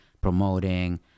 promoting